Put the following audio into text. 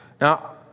Now